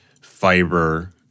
fiber